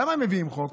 למה הם מביאים חוק?